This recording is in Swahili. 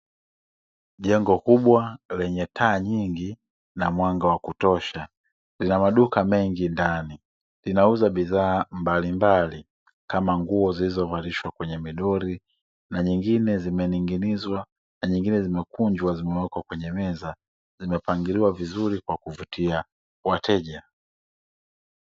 Jengo kubwa lenye taa nyingi na mwanga wa kutosha, lina maduka mengi ndani. linauza bidhaa mbalimbali, kama nguo zilizovalishwa kwenye midoli, na nyingine zimening'inizwa, na nyingine zimekunjwa zimewekwa kwenye meza, zimepangiliwa vizuri kwa kuvutia wateja.